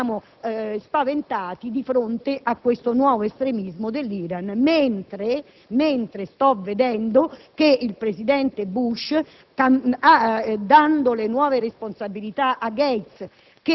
Basta. A questo punto ci siamo spaventati di fronte a questo nuovo estremismo dell'Iran, mentre vedo che il presidente Bush,